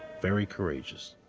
very courageous.